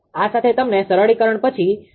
આ સાથે તમને સરળીકરણ પછી 𝐼10